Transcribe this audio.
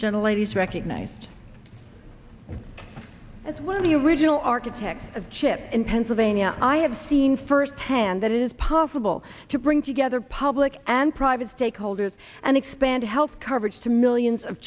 he's recognized as one of the original architects of chip in pennsylvania i have seen first hand that it is possible to bring together public and private stakeholders and expand health coverage to millions of